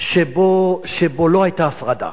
שבו לא היתה הפרדה.